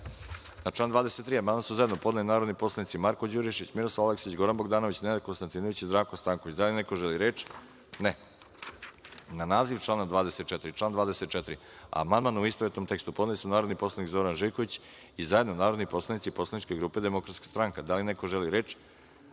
član 41. amandman su zajedno podneli narodni poslanici Marko Đurišić, Miroslav Aleksić, Goran Bogdanović, Nenad Konstantinović i Zdravko Stanković. Da li neko želi reč? (Ne)Na naziv člana 42. i član 42. amandman, u istovetnom tekstu, podneli su narodni poslanik Zoran Živković, i zajedno narodni poslanici Poslaničke grupe DS.Da li neko želi reč?